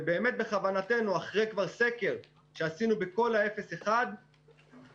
ובאמת אחרי שכבר שעשינו סקר בכל אפס עד אחד קילומטר,